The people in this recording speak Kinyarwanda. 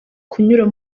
kunyura